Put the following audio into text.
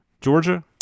Georgia